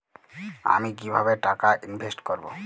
আমি কিভাবে টাকা ইনভেস্ট করব?